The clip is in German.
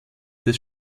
des